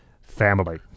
family